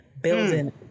building